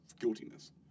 guiltiness